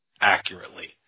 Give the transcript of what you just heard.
accurately